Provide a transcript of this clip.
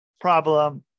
problem